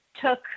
took